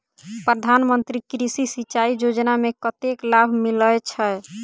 प्रधान मंत्री कृषि सिंचाई योजना मे कतेक लाभ मिलय छै?